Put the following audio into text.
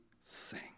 sing